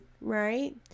right